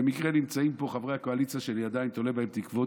במקרה נמצאים פה חברי הקואליציה שאני עדיין תולה בהם תקוות,